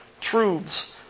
truths